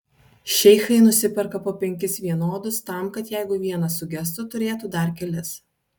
šeichai nusiperka po penkis vienodus tam kad jeigu vienas sugestų turėtų dar kelis